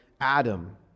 Adam